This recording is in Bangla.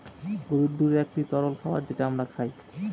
গরুর দুধ একটি তরল খাবার যেটা আমরা খায়